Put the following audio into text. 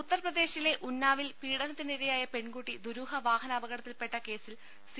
ഉത്തർപ്രദേശിലെ ഉന്നാവിൽ പീഡനത്തിനിരയായ പെൺകുട്ടി ദുരൂഹ വാഹനാപകടത്തിൽപെട്ട കേസിൽ സി